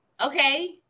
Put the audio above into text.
okay